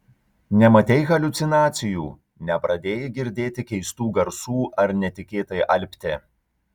nematei haliucinacijų nepradėjai girdėti keistų garsų ar netikėtai alpti